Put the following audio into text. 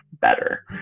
better